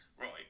Right